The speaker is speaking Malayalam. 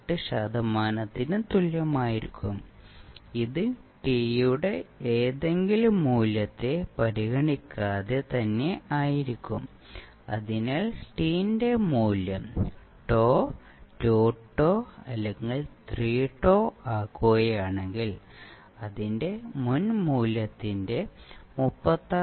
8 ശതമാനത്തിന് തുല്യമായിരിക്കും ഇത് t യുടെ ഏതെങ്കിലും മൂല്യത്തെ പരിഗണിക്കാതെ തന്നെ ആയിരിക്കും അതിനാൽ t ന്റെ മൂല്യം τ 2 τ അല്ലെങ്കിൽ 3τ ആക്കുകയാണെങ്കിൽ അതിന്റെ മുൻ മൂല്യത്തിന്റെ 36